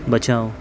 बचाओ